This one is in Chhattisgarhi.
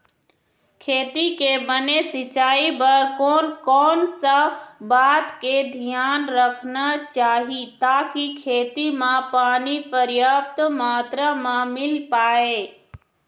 खेती के बने सिचाई बर कोन कौन सा बात के धियान रखना चाही ताकि खेती मा पानी पर्याप्त मात्रा मा मिल पाए?